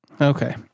Okay